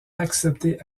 accepté